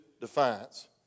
defiance